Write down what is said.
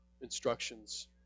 instructions